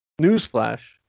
newsflash